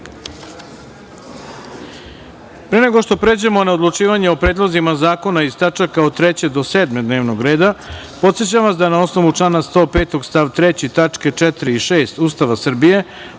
nego što pređemo na odlučivanje o predlozima zakona iz tačaka od 3. do 7. dnevnog reda, podsećam vas da na osnovu člana 105. stav 3. tačke 4. i 6. Ustava Srbije